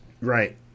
Right